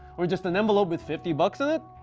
or just an envelope with fifty bucks in it?